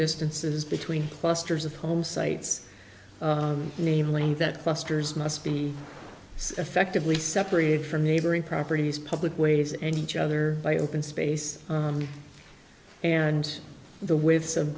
distances between clusters of homesites namely that clusters must be effectively separated from neighboring properties public waves and each other by open space and the with some